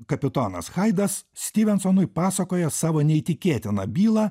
kapitonas haidas styvensonui pasakoja savo neįtikėtiną bylą